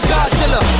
Godzilla